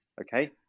Okay